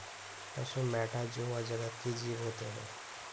पशु मैटा जोवा जगत के जीव होते हैं